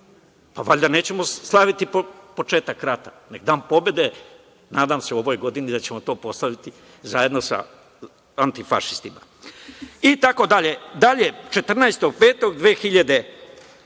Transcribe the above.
Valjda nećemo slaviti početak rata, nego dan pobede, nadam se u ovoj godini da ćemo to proslaviti zajedno da antifašistima, itd. Dalje, 14.